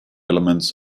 elements